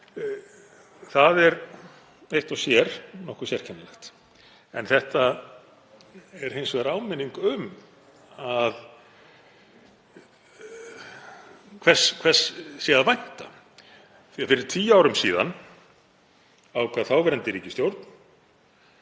Það er eitt og sér nokkuð sérkennilegt. En þetta er hins vegar áminning um hvers sé að vænta, því að fyrir tíu árum síðan ákvað þáverandi ríkisstjórn,